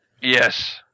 Yes